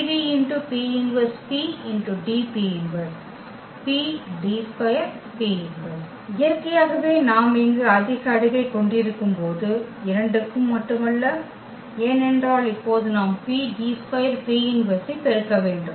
A2 PDP−1PDP−1 PDP−1PDP−1 PD2P−1 இயற்கையாகவே நாம் இங்கு அதிக அடுக்கைக் கொண்டிருக்கும்போது இரண்டுக்கும் மட்டுமல்ல ஏனென்றால் இப்போது நாம் PD2P−1 ஐ பெருக்க வேண்டும்